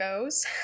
goes